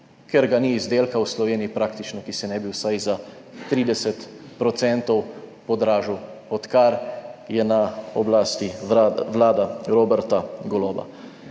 ker ga ni izdelka v Sloveniji, praktično, ki se ne bi vsaj za 30 % podražil, odkar je na oblasti Vlada Roberta Goloba.